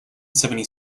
seventy